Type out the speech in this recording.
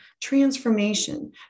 transformation